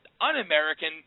un-American